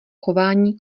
chování